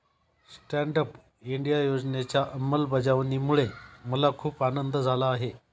stand up India योजनेच्या अंमलबजावणीमुळे मला खूप आनंद झाला आहे